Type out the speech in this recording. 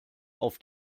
auf